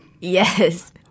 Yes